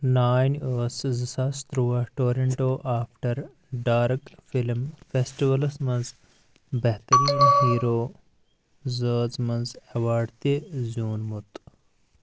نانۍ ٲسٕس زٕ ساس تُرٛواہ Toronto after dark film festivals منٛز بہتریٖن ہیرو زٲژ منٛز ایوارڈ تہِ زیوٗنمُت